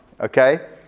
okay